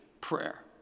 prayer